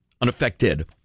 Unaffected